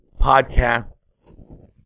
podcasts